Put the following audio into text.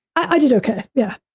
i did okay, yeah.